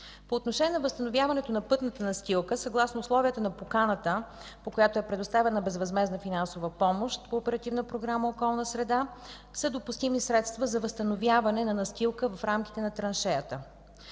По отношение на възстановяването на пътната настилка, съгласно условията на поканата, по която е предоставена безвъзмездна финансова помощ по Оперативна програма „Околна среда”, са допустими средства за възстановяване на настилка в рамките на траншеята.